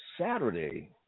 Saturday